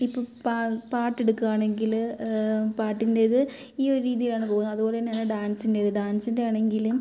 ഇപ്പോൾ പാ പാട്ടെടുക്കുവാണെങ്കിൽ പാട്ടിൻറ്റേത് ഈ ഒരു രീതിയിലാണ് പോവുന്നത് അതുപോലെ തന്നെ ആണ് ഡാൻസിന്റേത് ഡാൻസിൻ്റെ ആണെങ്കിലും